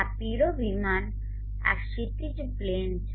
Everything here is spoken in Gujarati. આ પીળો વિમાન આ ક્ષિતિજ પ્લેન છે